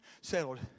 settled